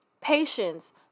patience